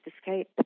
escape